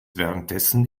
währenddessen